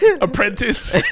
apprentice